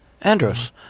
Andros